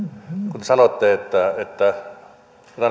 kun te sanotte että että